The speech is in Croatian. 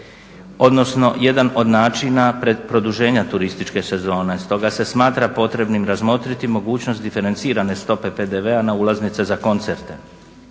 odnosno jedan od načina produženja turističke sezone stoga se smatra potrebnim razmotriti mogućnost diferencirane stope PDV-a na ulaznice za koncerte.